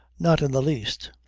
not in the least.